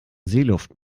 seeluft